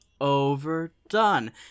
overdone